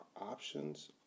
options